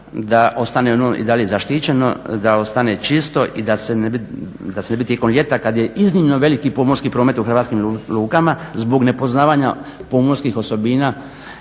da ostane ono i dalje zaštićeno, da ostane čisto i da se ne bi tijekom ljeta kada je iznimno veliki pomorski promet u hrvatskim lukama zbog nepoznavanja pomorskih osobina